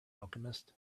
alchemist